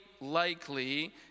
likely